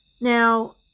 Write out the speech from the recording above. Now